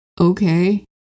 okay